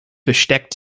versteckt